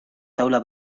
taula